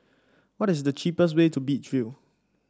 what is the cheapest way to Beach View